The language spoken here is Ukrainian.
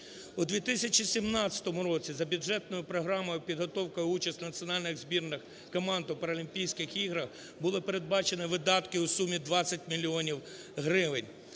У 2017 році за бюджетною програмою підготовки і участі національних збірних команд у Паралімпійських іграх було передбачено видатки у сумі 20 мільйонів